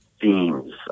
themes